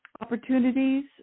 Opportunities